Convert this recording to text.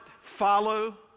follow